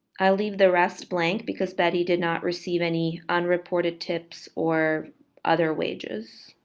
i leave the rest blank because betty did not receive any unreported tips or other wages.